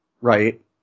right